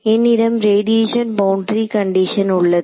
என்னிடம் radiation boundary condition உள்ளது